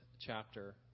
chapter